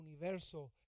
universo